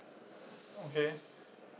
okay